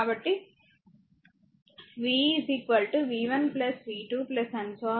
కాబట్టి v v 1 v 2